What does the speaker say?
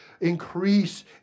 increase